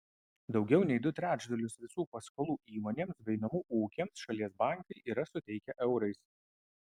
daugiau nei du trečdalius visų paskolų įmonėms bei namų ūkiams šalies bankai yra suteikę eurais